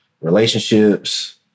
relationships